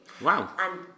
Wow